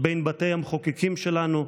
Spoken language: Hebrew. בין בתי המחוקקים שלנו.